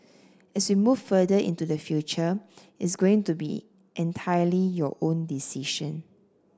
as we move further into the future it's going to be entirely your own decision